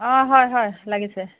অ হয় হয় লাগিছে